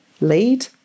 lead